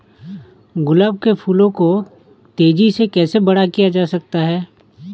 गुलाब के फूलों को तेजी से कैसे बड़ा किया जा सकता है?